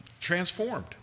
transformed